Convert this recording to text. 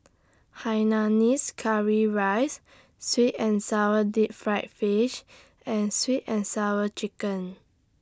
Hainanese Curry Rice Sweet and Sour Deep Fried Fish and Sweet and Sour Chicken